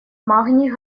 магний